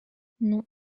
non